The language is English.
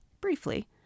briefly